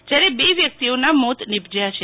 જ્યારે બે વ્યક્તિઓના મોત નીપજ્યા છે